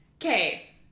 Okay